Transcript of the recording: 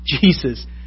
Jesus